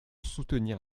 soutenir